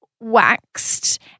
waxed